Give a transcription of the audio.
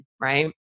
right